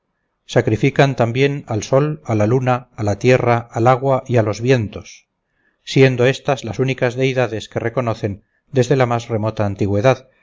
sacrifican también al sol a la luna a la tierra al agua y a los vientos siendo estas las únicas deidades que reconocen desde la más remota antigüedad